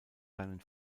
seinen